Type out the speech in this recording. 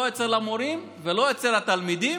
לא אצל המורים ולא אצל התלמידים,